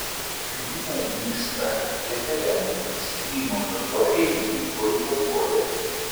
kryme vyksta referendumas krymo totoriai jį boikotuoja